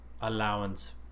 allowance